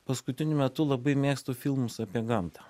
paskutiniu metu labai mėgstu filmus apie gamtą